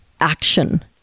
action